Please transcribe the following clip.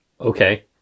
Okay